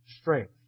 strength